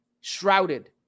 shrouded